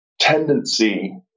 tendency